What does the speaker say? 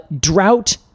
drought